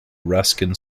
ruskin